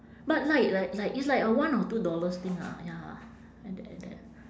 but like like like it's like a one or two dollars thing ah ya at that at that